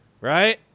right